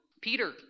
Peter